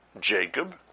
Jacob